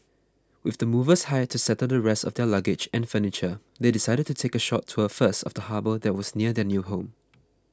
with the movers hired to settle the rest of their luggage and furniture they decided to take a short tour first of the harbour that was near their new home